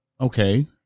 Okay